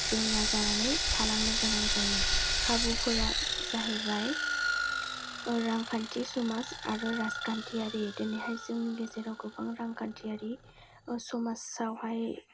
जेंना जानानै थालांनो गोनां जायो खाबु फोरा जाहैबाय रांखान्थि समाज आरो राजखान्थियारि दिनैहाय जोंनि गेजेराव गोबां रांखान्थियारि समाज आवहाय